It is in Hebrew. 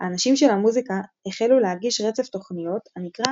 האנשים של המוזיקה החלו להגיש רצף תוכניות הנקרא